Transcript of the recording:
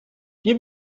wir